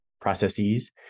processes